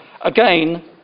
Again